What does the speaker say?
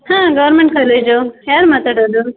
ಹಾಂ government college ಯಾರು ಮಾತಾಡೋದು